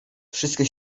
wszystkie